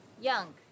Young